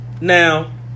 Now